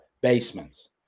basements